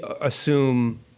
assume